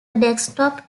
desktop